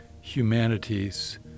humanities